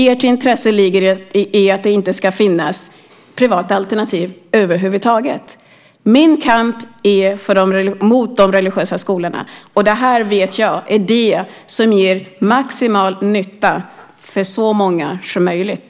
Ert intresse ligger i att det inte ska finnas privata alternativ över huvud taget. Min kamp är mot de religiösa skolorna. Det är det som ger maximal nytta för så många som möjligt.